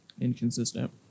inconsistent